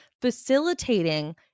facilitating